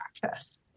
practice